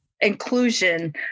inclusion